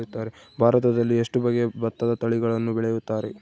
ಭಾರತದಲ್ಲಿ ಎಷ್ಟು ಬಗೆಯ ಭತ್ತದ ತಳಿಗಳನ್ನು ಬೆಳೆಯುತ್ತಾರೆ?